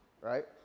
right